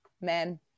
men